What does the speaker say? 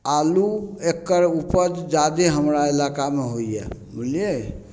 आलू एकर उपज जादे हमरा इलाकामे होइ यऽ बुझलियै